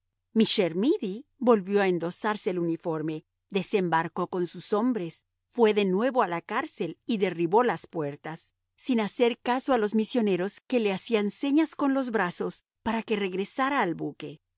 mi chermidy volvió a endosarse el uniforme desembarcó con sus hombres fue de nuevo a la cárcel y derribó las puertas sin hacer caso a los misioneros que le hacían señas con los brazos para que regresara al buque